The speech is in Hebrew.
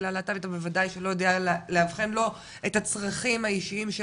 קהילה להט"בית אתה בודאי שלא יודע לאבחן לא את הצרכים האישיים של